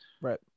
right